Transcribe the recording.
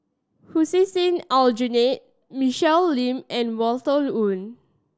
Hussein Aljunied Michelle Lim and Walter Woon